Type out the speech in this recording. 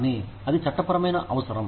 కానీ ఇది చట్టపరమైన అవసరం